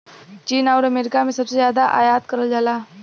चीन आउर अमेरिका से सबसे जादा आयात करल जाला